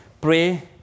pray